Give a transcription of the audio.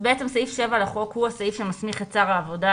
סעיף 7 לחוק הוא הסעיף שמסמיך את שר העבודה,